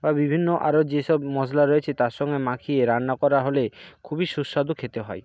বা বিভিন্ন আরও যেসব মশলা রয়েছে তার সঙ্গে মাখিয়ে রান্না করা হলে খুবই সুস্বাদু খেতে হয়